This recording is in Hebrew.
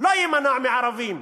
שלא יימנע מהערבים.